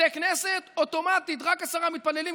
בתי כנסת אוטומטית רק עשרה מתפללים,